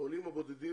העולים הבודדים,